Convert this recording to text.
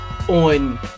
on